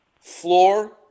floor